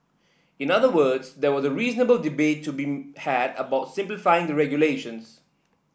in other words there was a reasonable debate to be had about simplifying the regulations